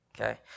okay